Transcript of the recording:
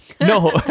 No